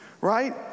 right